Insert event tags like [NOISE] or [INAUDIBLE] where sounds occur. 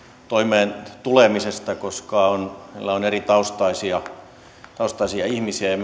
toimeen tulemisesta koska heillä on eritaustaisia eritaustaisia ihmisiä ja [UNINTELLIGIBLE]